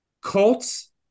Colts